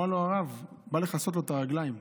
בא לכסות לו את הרגליים,